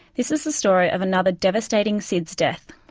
this is the story of another devastating sids death,